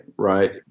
right